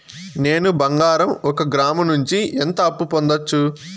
నేను బంగారం ఒక గ్రాము నుంచి ఎంత అప్పు పొందొచ్చు